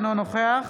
אינו נוכח